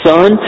Son